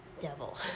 devil